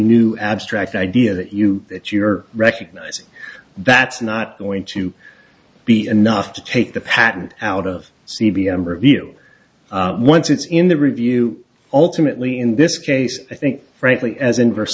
new abstract idea that you that you're recognizing that's not going to be enough to take the patent out of c b s and review once it's in the review ultimately in this case i think frankly as in vers